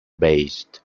based